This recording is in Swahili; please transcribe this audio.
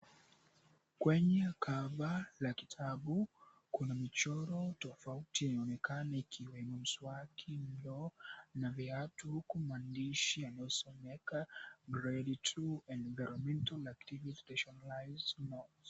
Kwenye cover la kitabu kuna michoro tofauti inayoonekana ikiwa ina mswaki, mlo na viatu huku maandishi yanayosomeka Grade 2 Environmental Activity Specialized.